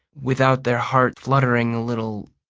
without their heart fluttering a little,